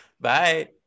Bye